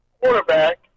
quarterback